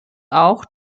auch